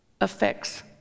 affects